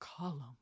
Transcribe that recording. column